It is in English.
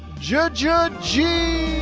judge, judge g